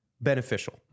beneficial